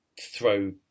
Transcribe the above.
throw